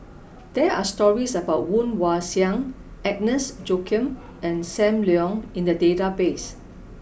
there are stories about Woon Wah Siang Agnes Joaquim and Sam Leong in the database